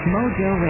Mojo